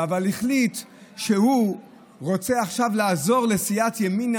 אבל החליט שהוא רוצה עכשיו לעזור לסיעת ימינה,